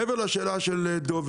מעבר לשאלה של דובי,